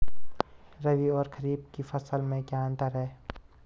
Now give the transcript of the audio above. रबी और खरीफ की फसल में क्या अंतर है?